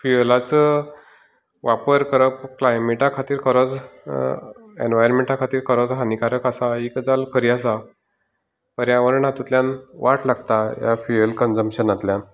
आनीक फुयलाचो वापर करप क्लायमेटा खातीर खरोच एनवायरमेंटा खातीर खरोच हानीकारक आसा ही गजाल खरी आसा पर्यावरण हातूंतल्यान वाट लागता ह्या फुयल कन्जंपशनांतल्यान